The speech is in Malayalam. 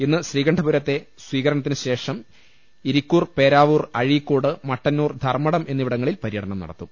ഇന്ന് ശ്രീകണ്ഠപുരത്തെ സ്വീകരണത്തിനുശേഷം ഇരിക്കൂർ പേരാ വൂർ അഴീ ക്കോട് മട്ടന്നൂർ ധർമ്മടം എന്നിവിടങ്ങളിൽ പര്യടനം നടത്തും